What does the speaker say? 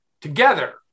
together